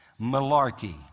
Malarkey